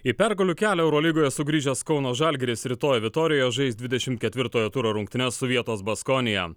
į pergalių kelią eurolygoje sugrįžęs kauno žalgiris rytoj vitoriuje žais dvidešimt ketvirtojo turo rungtynes su vietos baskonija